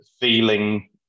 feeling